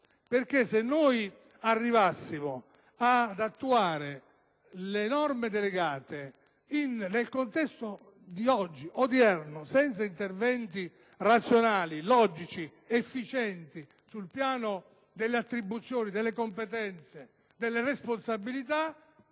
perché, se arrivassimo ad attuare le norme delegate nel contesto attuale senza interventi razionali, logici ed efficienti sul piano delle attribuzioni, delle competenze e delle responsabilità,